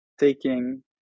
taking